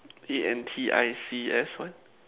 A N T I C S what